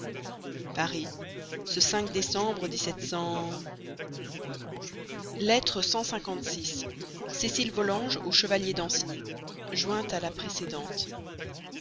paris ce décembre lettre cent cinquante-six cécile volanges au chevalier danceny jointe à la précédente